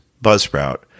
Buzzsprout